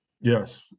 yes